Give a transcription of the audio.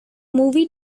movie